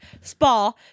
Spa